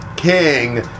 king